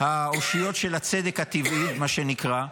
האושיות של הצדק הטבעי, מה שנקרא,